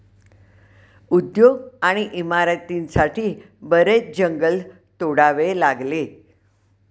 उद्योग आणि इमारतींसाठी बरेच जंगल तोडावे लागले